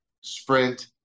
Sprint